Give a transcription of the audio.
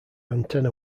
antenna